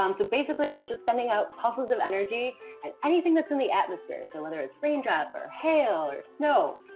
um so basically, it's just sending out pulses of energy and anything that's in the atmosphere. so whether it's raindrop, or hail, or snow,